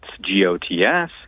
G-O-T-S